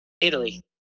Italy